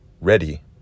ready